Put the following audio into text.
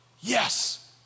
Yes